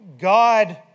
God